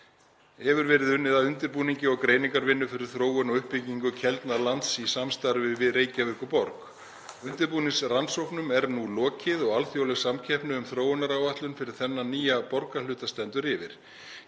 hefur verið unnið að undirbúningi og greiningarvinnu fyrir þróun og uppbyggingu Keldnalands í samstarfi við Reykjavíkurborg. Undirbúningsrannsóknum er nú lokið og alþjóðleg samkeppni um þróunaráætlun fyrir þennan nýja borgarhluta stendur yfir.